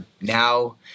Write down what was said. now